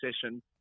session